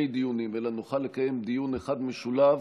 דיונים אלא נוכל לקיים דיון אחד משולב,